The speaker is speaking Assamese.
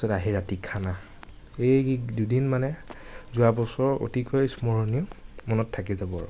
তাৰ পিছত আহি ৰাতি খানা সেই দুদিন মানে যোৱা বছৰ অতিকৈ স্মৰণীয় মনত থাকি যাব আৰু